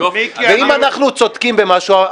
ואם אנחנו צודקים במשהו,